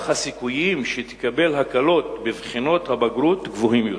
כך הסיכויים שתקבל הקלות בבחינות הבגרות גבוהים יותר.